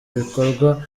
bikorwa